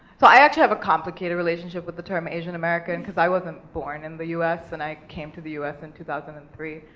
so i actually have a complicated relationship with the term asian american, cause i wasn't born in the us, and i came to the us in two thousand and three.